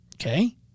Okay